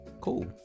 Cool